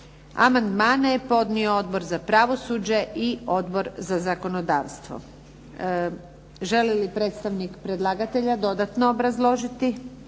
Amandmane je podnio Odbor za pravosuđe i Odbor za zakonodavstvo. Želi li predstavnik predlagatelja dodatno obrazložiti?